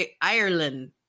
Ireland